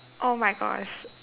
oh my gosh